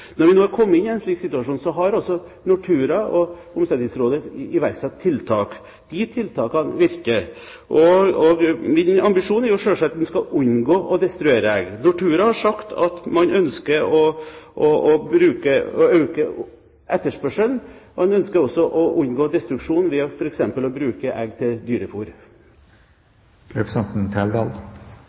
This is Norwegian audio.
Når vi nå har kommet i en slik situasjon, har altså Nortura og Omsetningsrådet iverksatt tiltak. De tiltakene virker. Min ambisjon er jo selvsagt at en skal unngå å destruere egg. Nortura har sagt at man ønsker å øke etterspørselen, og at en ønsker å unngå destruksjon ved f.eks. å bruke egg til